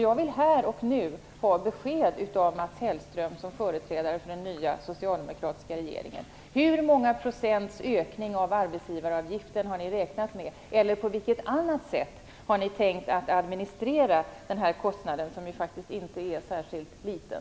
Jag vill här och nu ha besked av Mats Hellström, som företräder den nya socialdemokratiska regeringen, hur många procents ökning av arbetsgivaravgiften ni har räknat med eller på vilket annat sätt ni har tänkt att administrera kostnaden, som inte är särskilt liten.